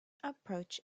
approach